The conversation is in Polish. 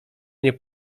nie